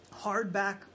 hardback